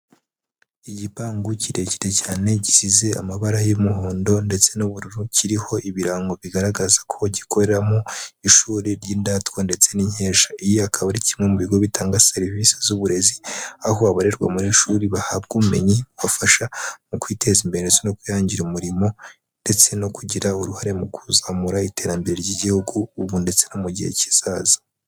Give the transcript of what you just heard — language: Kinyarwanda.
Igipangu kirekire cyane gisize amabara y'umuhondo ndetse n'ubururu, kiriho ibirango bigaragaza ko gikoreramo mu ishuri ry'indatwa, ndetse n'inkesha. Iyi akaba ari kimwe mu bigo bitanga serivisi z'uburezi, aho abarererwa muri iri shuri bahabwa ubumenyi bubafasha, mu kwiteza imbere ndetse no kwihangira umurimo, ndetse no kugira uruhare mu kuzamura iterambere ry'igihugu, ndetse no mu gihe kizaza.